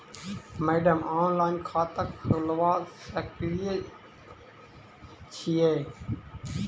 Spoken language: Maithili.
मैडम ऑनलाइन खाता खोलबा सकलिये छीयै?